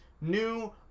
new